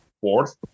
fourth